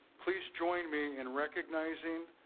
please join me in recognizing,